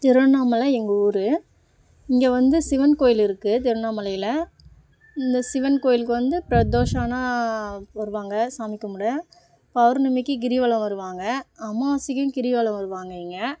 திருவண்ணாமலை எங்கள் ஊர் இங்கே வந்து சிவன் கோவில் இருக்குது திருவண்ணாமலையில் இந்த சிவன் கோவிலுக்கு வந்து பிரதோஷம் ஆனால் வருவாங்க சாமி கும்பிட பௌர்ணமிக்கு கிரிவலம் வருவாங்க அமாவாசைக்கும் கிரிவலம் வருவாங்க இங்கே